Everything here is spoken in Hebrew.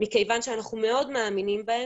מכיוון שאנחנו מאוד מאמינים בהם,